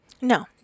No